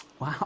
Wow